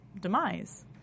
demise